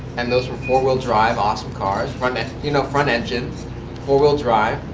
and those were four-wheel drive, awesome cars. front you know front engine, four-wheel drive,